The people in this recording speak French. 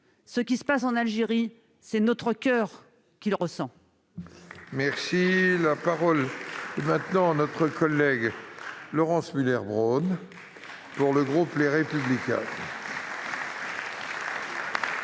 Ce qui se passe en Algérie, c'est notre coeur qui le ressent